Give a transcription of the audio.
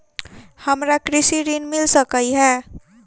हमरा कृषि ऋण मिल सकै है?